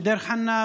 דיר חנא וסח'נין.